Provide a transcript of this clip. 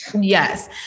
Yes